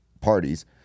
parties